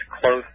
close